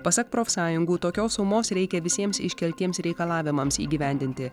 pasak profsąjungų tokios sumos reikia visiems iškeltiems reikalavimams įgyvendinti